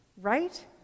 right